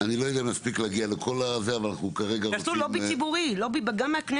אני לא יודע אם נספיק להגיע לכולם -- תעשו לובי ציבורי גם מהכנסת.